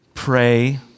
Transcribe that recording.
pray